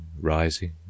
rising